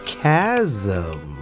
chasm